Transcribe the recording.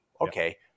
Okay